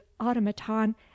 automaton